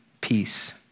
peace